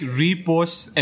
reposts